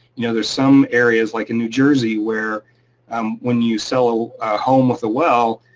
you know there's some areas like in new jersey where um when you sell a home with a well,